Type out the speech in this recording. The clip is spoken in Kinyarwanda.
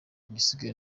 igisigaye